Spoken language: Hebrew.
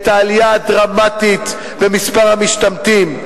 את העלייה הדרמטית במספר המשתמטים.